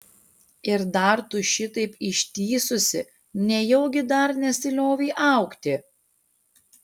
ir dar tu šitaip ištįsusi nejaugi dar nesiliovei augti